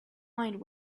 mind